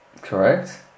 Correct